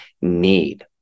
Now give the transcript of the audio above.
need